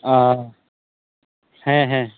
ᱚᱻ ᱦᱮᱸ ᱦᱮᱸ